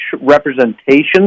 representation